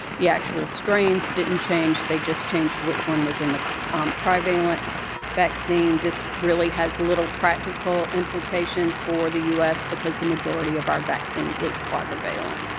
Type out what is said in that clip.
the actual strains didn't change. they just changed which one is in the um trivalent vaccine. this really has little practical implications for the us because the majority of our vaccine is quadrivalent.